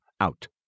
out